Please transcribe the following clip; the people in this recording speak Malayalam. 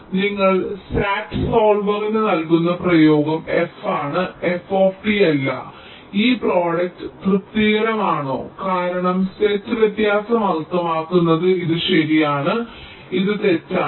അതിനാൽ നിങ്ങൾ SAT സോൾവറിന് നൽകുന്ന പ്രയോഗം F ആണ് F അല്ല ഈ പ്രോഡക്റ്റ് തൃപ്തികരമാണോ കാരണം സെറ്റ് വ്യത്യാസം അർത്ഥമാക്കുന്നത് ഇത് ശരിയാണ് ഇത് തെറ്റാണ്